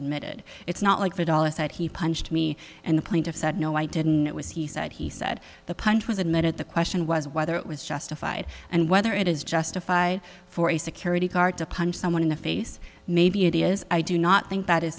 admitted it's not like the dollars that he punched me and the plaintiff said no i didn't it was he said he said the punch was admitted the question was whether it was justified and whether it is justified for a security guard to punch someone in the face maybe it is i do not think that is